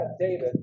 David